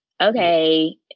okay